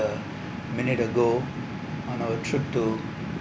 the many year ago on our trip to